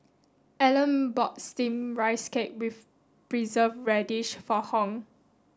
Ellen bought steamed rice cake with preserved radish for Hung